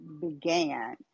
began